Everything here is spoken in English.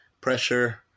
pressure